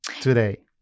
today